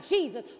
Jesus